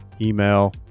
email